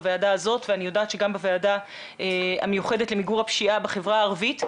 בוועדה הזאת ואני יודעת שגם בוועדה המיוחדת למיגור הפשיעה בחברה הערבית,